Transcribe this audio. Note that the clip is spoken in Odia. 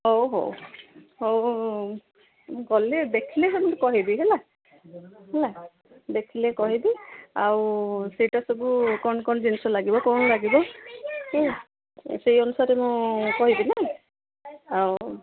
ହଉ ହଉ ହଉ ମୁଁ ଗଲେ ଦେଖିଲେ ସବୁ କହିବି ହେଲା ହେଲା ଦେଖିଲେ କହିବି ଆଉ ସେଇଟା ସବୁ କ'ଣ କ'ଣ ଜିନିଷ ଲାଗିବ କ'ଣ ଲାଗିବ ସେଇ ଅନୁସାରେ ମୁଁ କହିବି ନା ଆଉ